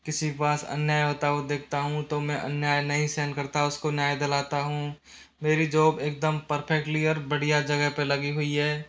किसी के पास अन्याय होता हुआ देखता हूँ तो मैं अन्याय नहीं सहन करता उसको न्याय दिलाता हूँ मेरी जॉब एकदम परफेक्टली और बढ़िया जगह पे लगी हुई है